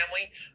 family